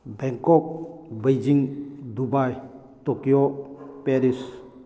Bangkok Beijing Dubai Tokyo Paris